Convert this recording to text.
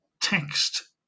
text